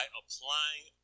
applying